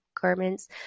garments